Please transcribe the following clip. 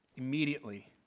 Immediately